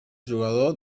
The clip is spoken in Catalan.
jugador